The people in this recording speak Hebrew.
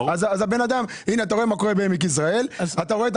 אתה רואה מה קורה בעמק יזרעאל; זה איזה